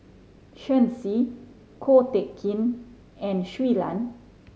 Shen Xi Ko Teck Kin and Shui Lan